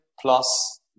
plus